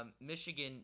Michigan